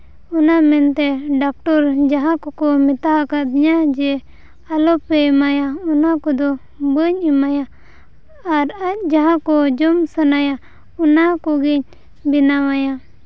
ᱚᱱᱟ ᱢᱮᱱᱛᱮ ᱰᱟᱠᱴᱚᱨ ᱡᱟᱦᱟᱸ ᱠᱚᱠᱚ ᱢᱮᱛᱟ ᱟᱠᱟᱫᱤᱧᱟᱹ ᱡᱮ ᱟᱞᱚ ᱯᱮ ᱮᱢᱟᱭᱟ ᱚᱱᱟ ᱠᱚᱫᱚ ᱵᱟᱹᱧ ᱮᱢᱟᱭᱟ ᱟᱨ ᱟᱡ ᱡᱟᱦᱟᱸ ᱠᱚ ᱡᱚᱢ ᱥᱟᱱᱟᱭᱟ ᱚᱱᱟ ᱠᱚᱜᱮᱧ ᱵᱮᱱᱟᱣᱟᱭᱟ